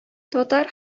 татар